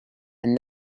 and